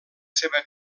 seva